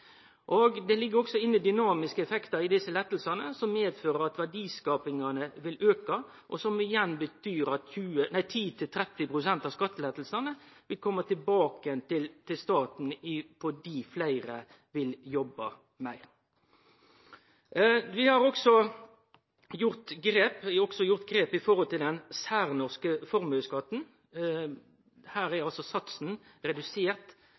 enkelte. Det ligg også inne dynamiske effektar i desse lettane som medfører at verdiskapinga vil auke, noko som igjen betyr at 10–30 pst. av skattelettane vil kome tilbake igjen til staten fordi fleire vil jobbe meir. Vi har også gjort grep når det gjeld den særnorske formuesskatten. Her er satsen redusert